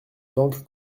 banque